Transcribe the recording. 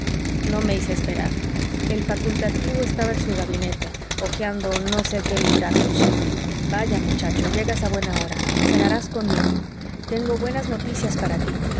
no me hice esperar el facultativo estaba en su gabinete hojeando no sé qué libracos vaya muchacho llegas a buena hora cenarás conmigo tengo buenas noticias para ti